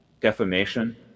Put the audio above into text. defamation